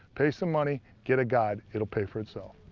pay some money. get a guide. it'll pay for itself.